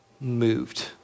moved